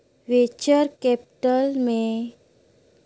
venture capital में ओ मइनसे मन कर सहभागिता होथे जेहर कोनो बित्तीय संस्था होथे